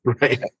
Right